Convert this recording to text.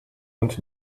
und